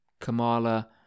Kamala